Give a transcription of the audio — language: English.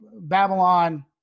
Babylon